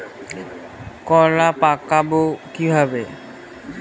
কলা পাকাবো কিভাবে?